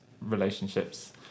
relationships